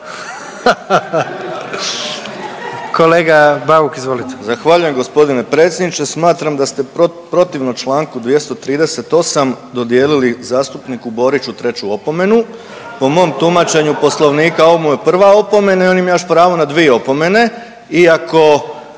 Kolega Bauk, izvolite.